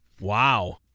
Wow